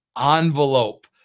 envelope